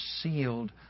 sealed